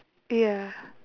ya